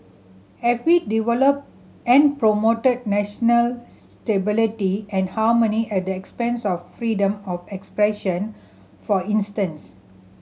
have we developed and promoted national stability and harmony at the expense of freedom of expression for instance